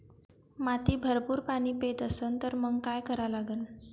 माती भरपूर पाणी पेत असन तर मंग काय करा लागन?